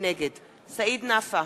נגד סעיד נפאע,